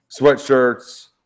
Sweatshirts